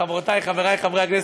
חברותי וחברי חברי הכנסת,